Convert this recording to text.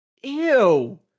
Ew